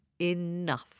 enough